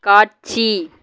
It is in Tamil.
காட்சி